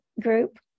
group